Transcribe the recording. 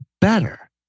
better